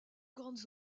grandes